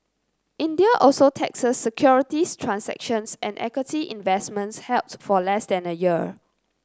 India also taxes securities transactions and equity investments held for less than a year